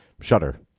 shutter